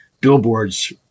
billboards